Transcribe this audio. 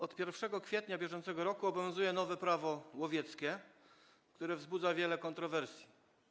Od 1 kwietnia br. obowiązuje nowe Prawo łowieckie, które wzbudza wiele kontrowersji.